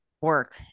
work